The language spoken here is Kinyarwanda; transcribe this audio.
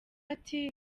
ati